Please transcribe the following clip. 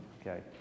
okay